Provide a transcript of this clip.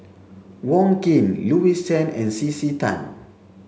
Wong Keen Louis Chen and C C Tan